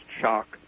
shock